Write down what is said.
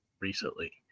recently